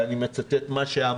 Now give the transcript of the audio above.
ואני מצטט את מה שאמרת,